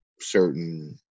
certain